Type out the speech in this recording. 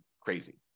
crazy